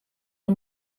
een